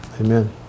Amen